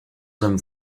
hommes